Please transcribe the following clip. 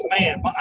Man